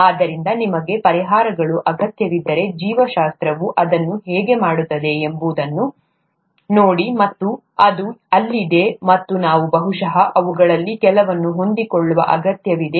ಆದ್ದರಿಂದ ನಿಮಗೆ ಪರಿಹಾರಗಳ ಅಗತ್ಯವಿದ್ದರೆ ಜೀವಶಾಸ್ತ್ರವು ಅದನ್ನು ಹೇಗೆ ಮಾಡುತ್ತದೆ ಎಂಬುದನ್ನು ನೋಡಿ ಮತ್ತು ಅದು ಅಲ್ಲಿದೆ ಮತ್ತು ನಾವು ಬಹುಶಃ ಅವುಗಳಲ್ಲಿ ಕೆಲವನ್ನು ಹೊಂದಿಕೊಳ್ಳುವ ಅಗತ್ಯವಿದೆ